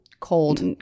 cold